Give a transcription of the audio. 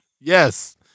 Yes